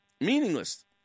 Meaningless